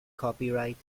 copyright